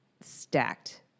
stacked